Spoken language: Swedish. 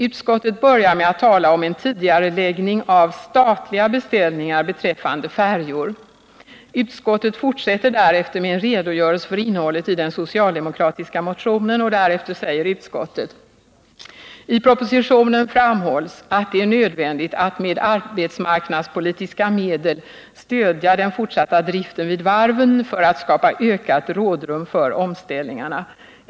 Utskottet börjar med att tala om en tidigareläggning av statliga beställningar beträffande färjor. Sedan fortsätter utskottet med en redogörelse för innehållet i den socialdemokratiska motionen och skriver därefter: ”I propositionen framhålls att det är nödvändigt att med arbetsmarknadspolitiska medel stödja den fortsatta driften vid varven för att skapa ökat rådrum för omställningarna.